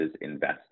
invest